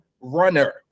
runner